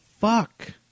fuck